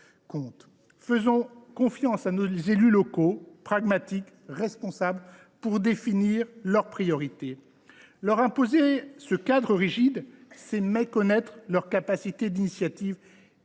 faisons confiance à nos élus locaux, qui sont pragmatiques et responsables, pour définir leurs priorités. Leur imposer ce cadre rigide, c’est méconnaître leur capacité d’initiative et de discernement.